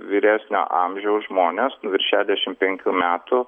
vyresnio amžiaus žmonės virš šešiasdešimt penkių metų